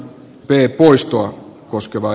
herra puhemies